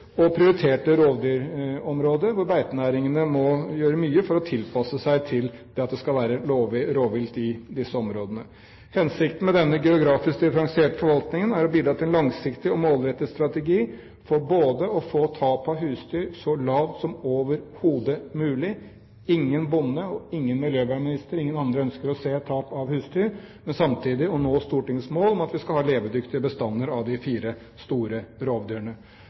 og prioriterte rovdyrområder, hvor beitenæringene må gjøre mye for å tilpasse seg det at det skal være rovvilt i disse områdene. Hensikten med denne geografisk differensierte forvaltningen er å bidra til en langsiktig og målrettet strategi for både å få tap av husdyr så lavt som overhodet mulig – ingen bonde, ingen miljøvernminister og ingen andre ønsker å se tap av husdyr – og samtidig å nå Stortingets mål om at vi skal ha levedyktige bestander av de fire store rovdyrene.